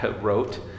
wrote